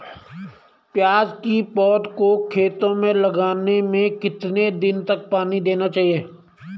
प्याज़ की पौध को खेतों में लगाने में कितने दिन तक पानी देना चाहिए?